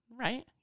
Right